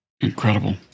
Incredible